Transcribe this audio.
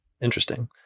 Interesting